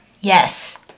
yes